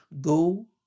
go